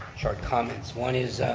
short comments. one is,